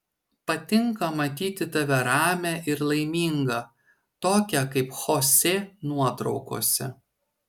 patinka matyti tave ramią ir laimingą tokią kaip chosė nuotraukose